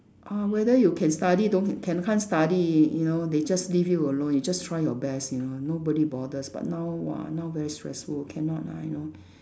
uh whether you can study don't can can't study you know they just leave you alone you just try your best you know nobody bothers but now !wah! now very stressful cannot lah you know